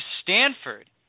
Stanford